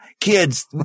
Kids